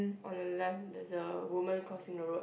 on the left there's a woman crossing the road